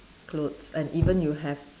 clothes and even you have